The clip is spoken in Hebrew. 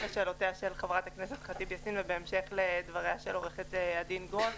לדבריה של עו"ד גרוס,